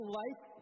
life